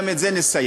גם את זה נסיים.